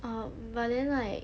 um but then like